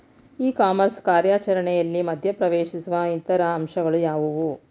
E commerce ಕಾರ್ಯಾಚರಣೆಯಲ್ಲಿ ಮಧ್ಯ ಪ್ರವೇಶಿಸುವ ಇತರ ಅಂಶಗಳು ಯಾವುವು?